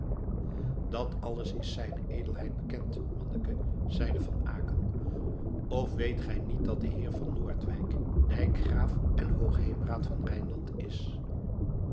dat alles is zijne edelheid bekend manneke zeide van aecken of weet gij niet dat de heer van noordwijk dijkgraaf en hoogheemraad van rijnland is